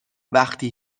وقتی